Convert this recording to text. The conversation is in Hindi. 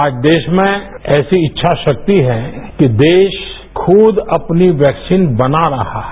आज देश में ऐसी इच्छाशाक्ति है कि देश खुद अपनी वैक्सीन बना रहा है